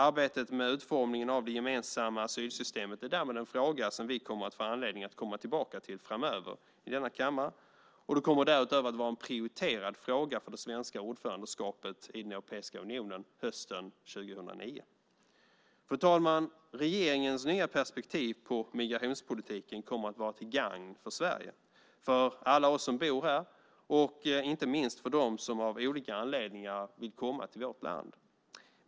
Arbetet med utformningen av det gemensamma asylsystemet är därmed en fråga som vi kommer att få anledning att komma tillbaka till framöver i denna kammare, och det kommer därutöver att vara en prioriterad fråga för det svenska ordförandeskapet i Europeiska unionen hösten 2009. Fru talman! Regeringens nya perspektiv på migrationspolitiken kommer att vara till gagn för Sverige, för alla oss som bor här och inte minst dem som av olika anledningar vill komma till vårt land.